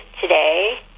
today